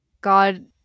God